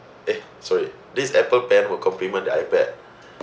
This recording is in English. eh sorry this Apple pen will complement the iPad